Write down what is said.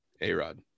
a-rod